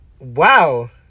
Wow